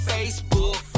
Facebook